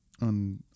on